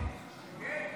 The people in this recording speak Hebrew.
לתקן: